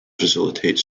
facilitate